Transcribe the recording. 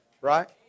right